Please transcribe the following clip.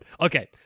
Okay